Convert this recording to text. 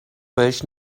بهش